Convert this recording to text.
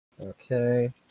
Okay